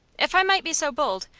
if i might be so bold,